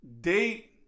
Date